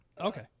okay